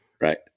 right